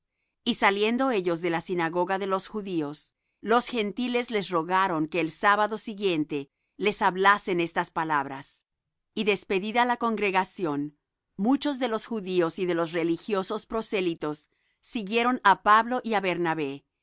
y saliendo ellos de la sinagoga de los judíos los gentiles les rogaron que el sábado siguiente les hablasen estas palabras y despedida la congregación muchos de los judíos y de los religiosos prosélitos siguieron á pablo y á bernabé